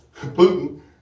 Putin